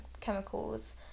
chemicals